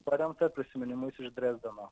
paremtą prisiminimais iš drezdeno